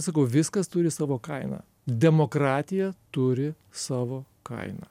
sakau viskas turi savo kainą demokratija turi savo kainą